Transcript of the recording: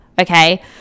Okay